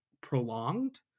prolonged